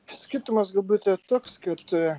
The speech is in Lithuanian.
skirtumas galbūt yra toks kad